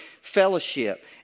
fellowship